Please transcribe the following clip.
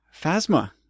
phasma